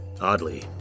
Oddly